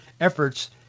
efforts